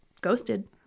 Ghosted